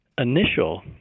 initial